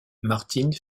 martine